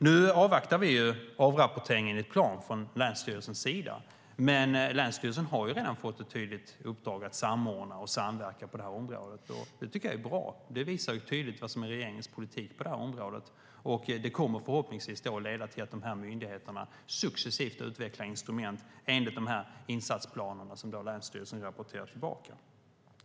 Nu avvaktar vi avrapporteringen från länsstyrelsens sida enligt plan, men länsstyrelsen har redan fått ett tydligt uppdrag att samordna och samverka på det här området. Det tycker jag är bra. Det visar tydligt vad som är regeringens politik på det här området. Förhoppningsvis kommer det att leda till att myndigheterna successivt utvecklar instrument enligt insatsplanerna, och länsstyrelsen rapporterar tillbaka.